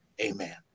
amen